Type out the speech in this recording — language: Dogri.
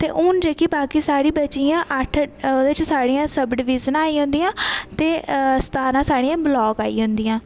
ते हून जेह्की बाकी साढ़ी बचियां अट्ठ ओह्दे च साढ़ियां सब डिविजनां आई जन्दियां ते सतारां साढ़ियां ब्लाक आई जन्दिया